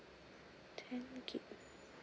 ten G_B